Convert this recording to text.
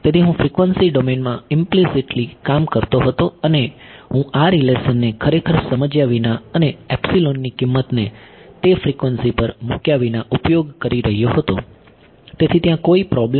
તેથી હું ફ્રિક્વન્સી ડોમેનમાં ઈમ્પલીસીટલી કામ કરતો હતો અને હું આ રીલેશનને ખરેખર સમજ્યા વિના અને એપ્સીલોન ની કિંમતને તે ફ્રિકવન્સી પર મૂક્યા વિના ઉપયોગ કરી રહ્યો હતો તેથી ત્યાં કોઈ પ્રોબ્લેમ નથી